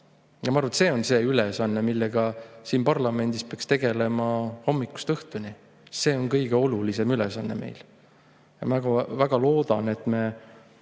Ma arvan, et see on ülesanne, millega siin parlamendis peaks tegelema hommikust õhtuni. See on meie kõige olulisem ülesanne. Ma väga loodan, et me